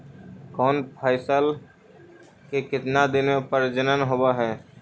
कौन फैसल के कितना दिन मे परजनन होब हय?